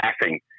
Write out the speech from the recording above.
laughing